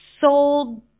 sold